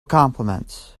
compliments